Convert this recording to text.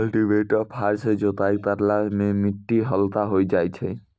cultivator फार सँ जोताई करला सें मिट्टी हल्का होय जाय छै